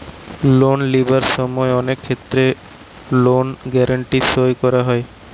loan লিবার সময় অনেক ক্ষেত্রে লোন গ্যারান্টি সই করা হয়